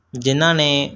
ਜਿਹਨਾਂ ਨੇ